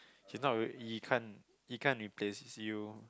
he's not really he can't he can't replace you